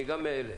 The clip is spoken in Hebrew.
אני גם מאלה.